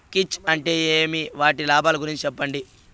కీచ్ అంటే ఏమి? వాటి లాభాలు గురించి సెప్పండి?